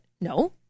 No